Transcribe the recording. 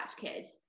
Kids